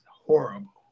horrible